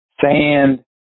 sand